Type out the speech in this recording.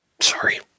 Sorry